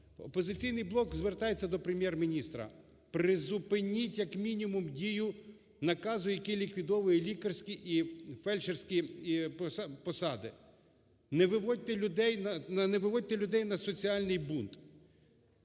"Опозиційний блок" звертається до Прем'єр-міністра: призупиніть як мінімум дію наказу, який ліквідовує лікарські і фельдшерські посади, не виводьте людей не соціальний бунт.